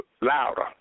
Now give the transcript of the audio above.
louder